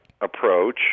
approach